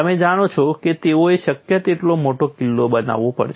તમે જાણો છો કે તેઓએ શક્ય તેટલો મોટો કિલ્લો બનાવવો પડશે